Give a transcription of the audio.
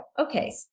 Okay